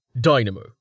Dynamo